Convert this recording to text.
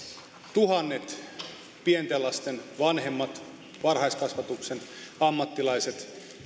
tuhannet pienten lasten vanhemmat varhaiskasvatuksen ammattilaiset